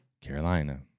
Carolina